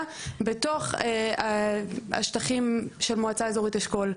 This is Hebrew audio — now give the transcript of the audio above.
בתוך השטחים של מועצה אזורית אשכול.